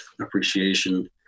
appreciation